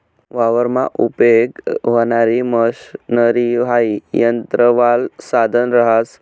वावरमा उपयेग व्हणारी मशनरी हाई यंत्रवालं साधन रहास